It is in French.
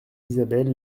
isabelle